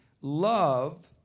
love